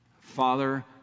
Father